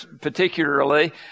particularly